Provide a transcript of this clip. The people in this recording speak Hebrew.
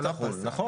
נכון.